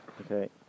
Okay